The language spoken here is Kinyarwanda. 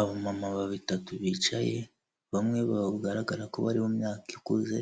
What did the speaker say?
Abamama batatu bicaye bamwe bagaragara ko bari mu myaka ikuze